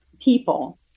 people